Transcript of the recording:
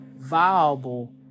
viable